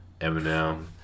Eminem